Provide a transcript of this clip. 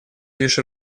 лишь